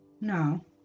No